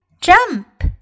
jump